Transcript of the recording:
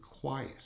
quiet